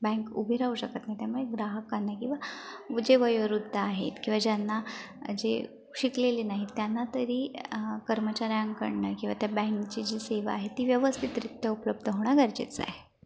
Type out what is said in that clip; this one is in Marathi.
बँक उभी राहू शकत नाही त्यामुळे ग्राहकांना किंवा जे वयोवृद्ध आहेत किंवा ज्यांना जे शिकलेले नाहीत त्यांना तरी कर्मचाऱ्यांकडून किंवा त्या बँकेची जी सेवा आहे ती व्यवस्थितरित्या उपलब्ध होणं गरजेचं आहे